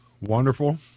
wonderful